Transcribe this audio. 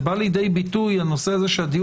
זה בא לידי ביטוי בזה שבין